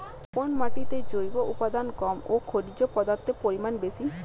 কোন মাটিতে জৈব উপাদান কম ও খনিজ পদার্থের পরিমাণ বেশি?